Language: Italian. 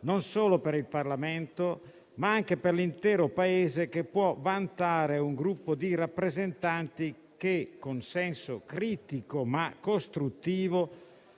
non solo per il Parlamento, ma anche per l'intero Paese, che può vantare un gruppo di rappresentanti che, con senso critico, ma costruttivo,